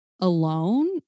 alone